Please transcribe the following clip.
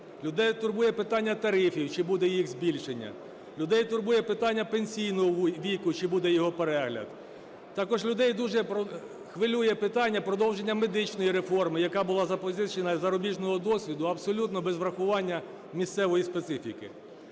Людей турбує питання тарифів, чи буде їх збільшення. Людей турбує питання пенсійного віку, чи буде його перегляд. Також людей дуже хвилює питання продовження медичної реформи, яка була запозичена із зарубіжного досвіду, абсолютно без врахування місцевої специфіки.